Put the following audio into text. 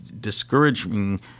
discouraging